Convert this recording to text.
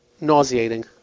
nauseating